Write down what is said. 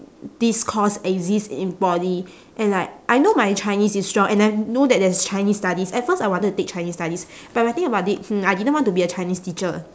this course exist in poly and like I know my chinese is strong and I know that there's chinese studies at first I wanted to take chinese studies but when I think about it hmm I didn't want to be a chinese teacher